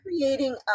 creating